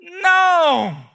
No